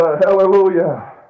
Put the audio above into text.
hallelujah